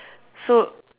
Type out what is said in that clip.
so